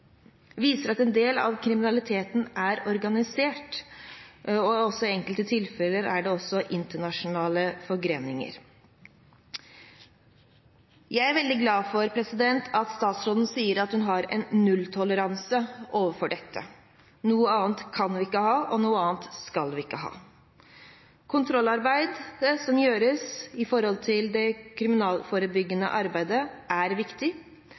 det også internasjonale forgreninger. Jeg er veldig glad for at statsråden sier at hun har nulltoleranse for dette. Noe annet kan man ikke ha, og noe annet skal man ikke ha. Kontrollarbeidet som gjøres når det gjelder det kriminalforebyggende arbeidet, er viktig.